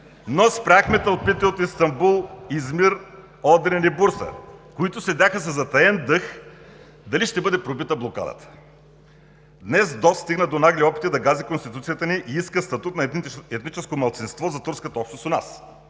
Спряхме тълпите от Истанбул, Измир, Одрин и Бурса, които следяха със затаен дъх дали ще бъде пробита блокадата. Днес ДОСТ стигна до нагли опити да гази Конституцията ни и иска статут на етническо малцинство за турската общност у нас.